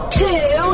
two